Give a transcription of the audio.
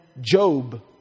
Job